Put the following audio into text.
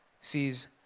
sees